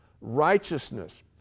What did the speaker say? righteousness